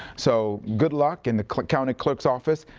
so good luck in the county clerk's office,